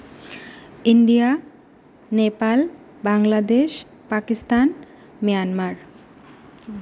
India Nepal Bangladesh Pakistan Myanmar